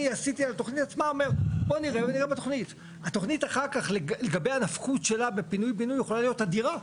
התוכנית אחר כך לגביה הנפקות שלה בפינוי בינוי יכולה להיות על דירה,